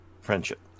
friendship